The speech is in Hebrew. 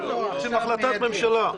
צריכה להתקבל החלטת ממשלה.